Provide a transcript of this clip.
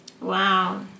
Wow